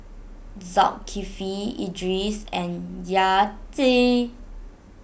Zulkifli Idris and Yati